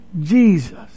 Jesus